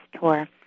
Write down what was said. Tour